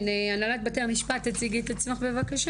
הנהלת בתי המשפט, בבקשה.